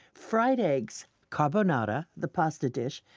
fried eggs, carbonara the pasta dish,